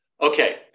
Okay